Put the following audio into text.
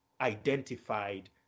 identified